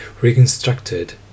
reconstructed